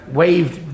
waved